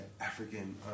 african